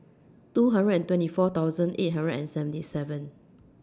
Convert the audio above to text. two hundred and twenty four thousand eight hundred and seventy seven